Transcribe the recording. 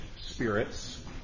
spirits